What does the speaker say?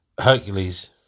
Hercules